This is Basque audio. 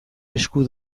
esku